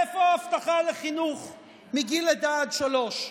איפה ההבטחה לחינוך מגיל לידה עד שלוש?